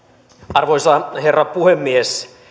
arvoisa herra puhemies